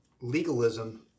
legalism